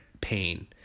pain